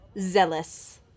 zealous